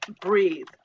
breathe